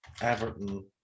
Everton